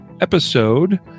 episode